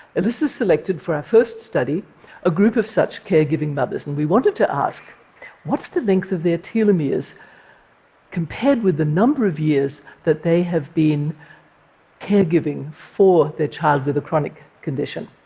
elissa selected for our first study a group of such caregiving mothers, and we wanted to ask what's the length of their telomeres compared with the number of years that they have been caregiving for their child with a chronic condition?